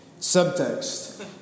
Subtext